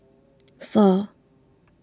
four